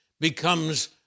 becomes